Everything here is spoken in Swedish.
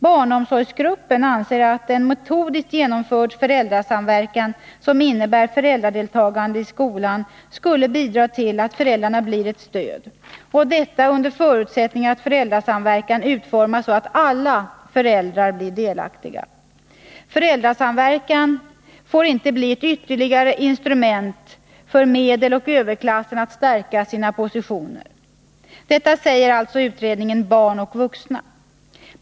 Barnomsorgsgruppen anser att en metodiskt genomförd föräldrasamverkan, som innebär föräldradeltagande i skolan, skulle bidra till att föräldrarna blir ett stöd, detta under förutsättning att föräldrasamverkan utformas så att alla föräldrar blir delaktiga. Föräldrasamverkan får inte bli ett ytterligare instrument för medeloch överklassen att stärka sina positioner. Detta säger alltså utredningen Barn och vuxna.